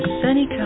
sunny